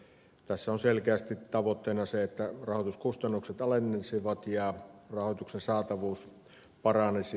tässä on selkeästi tavoitteena se että rahoituskustannukset alenisivat ja rahoituksen saatavuus paranisi